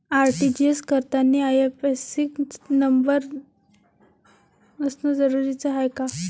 RTGS करतांनी IFSC न number असनं जरुरीच हाय का?